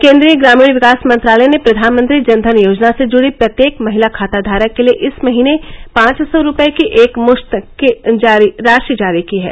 केन्द्रीय ग्रामीण विकास मंत्रालय ने प्रधानमंत्री जनवन योजना से जुड़ी प्रत्येक महिला खाताधारक के लिए इस महीने पांच सौ रूपये की एकमुश्त राशि जारी की है